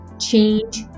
change